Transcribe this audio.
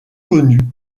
connu